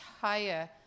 higher